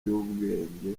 by’ubwenge